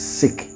sick